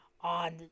on